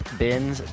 bins